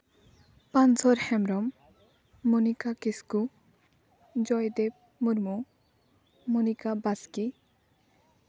ᱯᱟᱱᱥᱳᱨ ᱦᱮᱢᱵᱨᱚᱢ ᱢᱚᱱᱤᱠᱟ ᱠᱤᱥᱠᱩ ᱡᱚᱭᱫᱮᱵᱽ ᱢᱩᱨᱢᱩ ᱢᱚᱱᱤᱠᱟ ᱵᱟᱥᱠᱮ